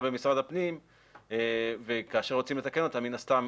במשרד הפנים וכאשר רוצים לתקן אותה מן הסתם